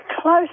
close